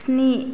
स्नि